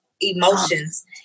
emotions